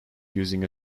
using